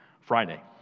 Friday